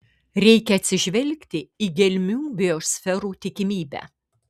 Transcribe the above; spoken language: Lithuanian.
reikia atsižvelgti į gelmių biosferų tikimybę